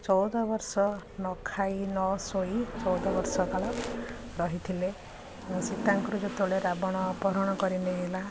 ଚଉଦ ବର୍ଷ ନ ଖାଇ ନ ଶୋଇ ଚଉଦ ବର୍ଷ କାଳ ରହିଥିଲେ ସୀତାଙ୍କୁ ଯେତେବେଳେ ରାବଣ ଅପହରଣ କରି ନେଇଗଲା